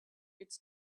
its